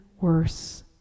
worse